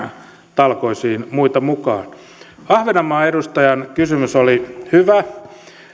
talkoisiin muita mukaan ahvenanmaan edustajan kysymys oli hyvä